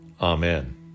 Amen